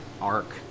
arc